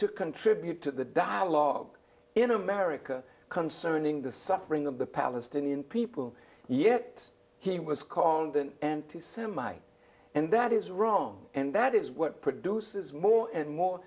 to contribute to the dialogue in america concerning the suffering of the palestinian people yet he was called an anti semite and that is wrong and that is what produces more and more